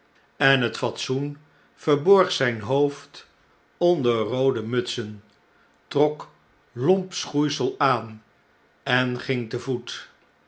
en het fatsoen verborg zjjn hoofd onder roode mutsen trok lomp schoeisel aan en ging te voet